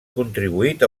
contribuït